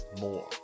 more